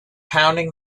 pounding